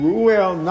Ruel